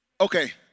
Okay